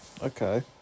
Okay